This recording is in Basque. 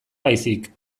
baizik